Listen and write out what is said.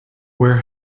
where